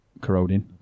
Corroding